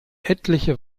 etliche